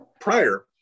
prior